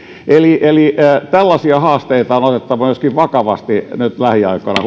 eli eli myöskin tällaisia haasteita on otettava vakavasti lähiaikoina